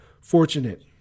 fortunate